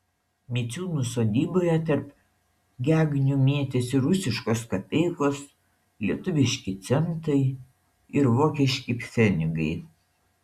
miciūnų sodyboje tarp gegnių mėtėsi rusiškos kapeikos lietuviški centai ir vokiški pfenigai